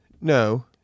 No